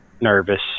nervous